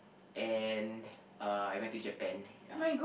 and uh I went to Japan ya